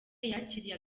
yakiriye